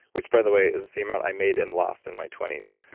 which by the way, is the amount i made and lost in my twenty s.